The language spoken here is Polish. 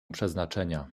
przeznaczenia